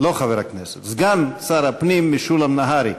לא חבר הכנסת, סגן שר הפנים משולם נהרי.